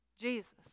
Jesus